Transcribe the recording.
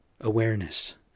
awareness